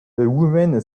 woman